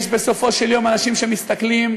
יש בסופו של יום אנשים שמסתכלים,